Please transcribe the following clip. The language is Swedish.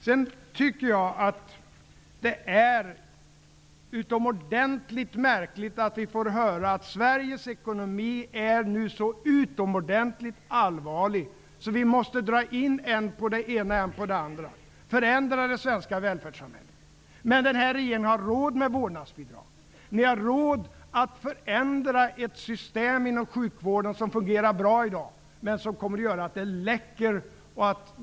Sveriges ekonomiska situation är nu så utomordentligt allvarlig att man måste förändra det svenska välfärdssamhället och dra in på än det ena, än det andra. Då är det mycket märkligt att höra att den här regeringen har råd med vårdnadsbidrag. Ni har råd att förändra ett system inom sjukvården som fungerar bra i dag. Det är en förändring som gör att systemet kommer att läcka.